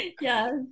Yes